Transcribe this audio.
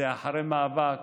זה אחרי מאבק,